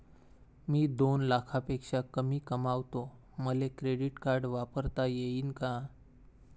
मी दोन लाखापेक्षा कमी कमावतो, मले क्रेडिट कार्ड वापरता येईन का?